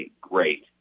great